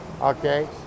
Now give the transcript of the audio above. okay